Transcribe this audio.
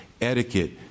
etiquette